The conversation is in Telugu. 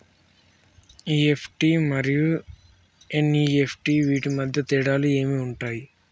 ఇ.ఎఫ్.టి మరియు ఎన్.ఇ.ఎఫ్.టి వీటి మధ్య తేడాలు ఏమి ఉంటాయి?